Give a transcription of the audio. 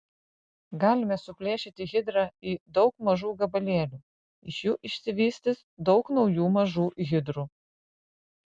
galime suplėšyti hidrą į daug mažų gabalėlių iš jų išsivystys daug naujų mažų hidrų